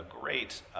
great